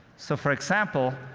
so, for example,